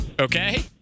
Okay